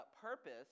purpose